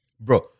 bro